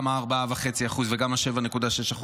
גם ה-4.5% וגם ה-7.6%,